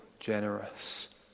Generous